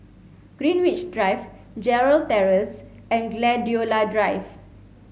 Greenwich Drive Gerald Terrace and Gladiola Drive